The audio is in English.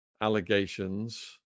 allegations